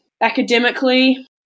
Academically